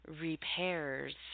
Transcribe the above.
repairs